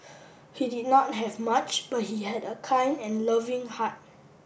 he did not have much but he had a kind and loving heart